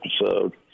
episode